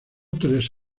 tres